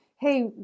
hey